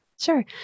sure